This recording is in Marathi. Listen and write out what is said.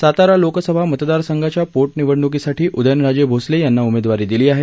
सातारा लोकसभा मतदारसंघाच्या पोटनिवडणुकीसाठी उदयनराजे भोसले यांना उमेदवारी दिली आहे